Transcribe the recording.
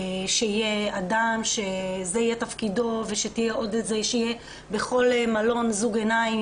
שיהיה אדם שזה יהיה תפקידו ושיהיה בכל מלון עוד זוג עיניים,